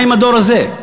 מה עם הדור הזה?